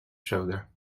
shoulder